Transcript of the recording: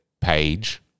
page